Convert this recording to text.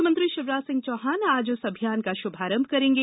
मुख्यमंत्री शिवराज सिंह चौहान आज इस अभियान का शुभारंभ करेंगे